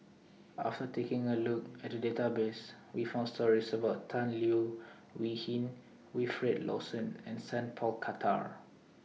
after taking A Look At The Database We found stories about Tan Leo Wee Hin Wilfed Lawson and Sat Pal Khattar